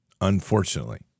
Unfortunately